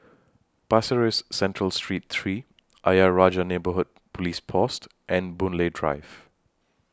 Pasir Ris Central Street three Ayer Rajah Neighbourhood Police Post and Boon Lay Drive